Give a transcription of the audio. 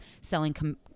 selling